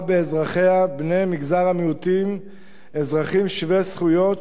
באזרחיה בני מגזר המיעוטים אזרחים שווי זכויות